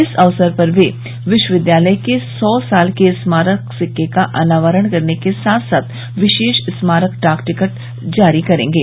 इस अवसर पर वे विश्वविद्यालय के सौ साल के स्मारक सिक्के का अनावरण करने के साथ साथ विशेष स्मारक डाक टिकट जारी करेंगे